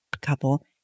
couple